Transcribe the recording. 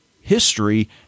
history